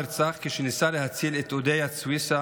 נרצח כשניסה להציל את אודיה סויסה